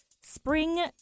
spring